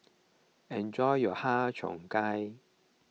enjoy your Har Cheong Gai